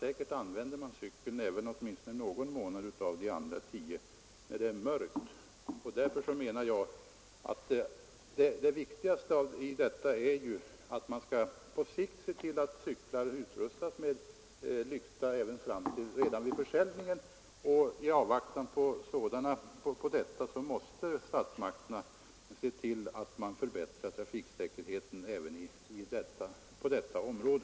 Säkert använder man cykeln åtminstone någon av de andra tio månaderna, när det är mörkt. Det viktigaste i det här sammanhanget är ju att man på sikt skall se till, att cyklar utrustas med lykta även framtill redan vid försäljningen. I avvaktan på detta måste statsmakterna göra något för att förbättra trafiksäkerheten även på detta område.